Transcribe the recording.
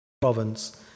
province